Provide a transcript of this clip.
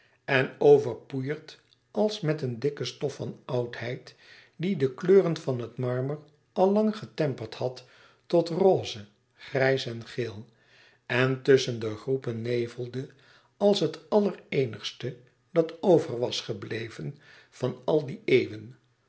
en overpoeierd als met een dikke stof van oudheid die de kleuren van het marmer al lang getemperd had tot roze grijs en geel en tusschen de groepen nevelde als het allereenigste dat over was gebleven van al die eeuwen